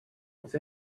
with